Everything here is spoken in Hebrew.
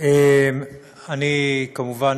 אני כמובן